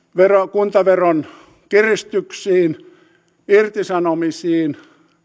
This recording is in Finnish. kuntaveron kiristyksiin irtisanomisiin